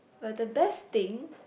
well the best thing